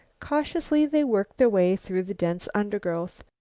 cautiously they worked their way through the dense undergrowth.